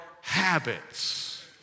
habits